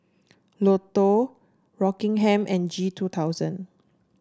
Lotto Rockingham and G two thousand